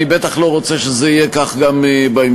אני בטח לא רוצה שזה יהיה כך גם בהמשך.